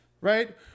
right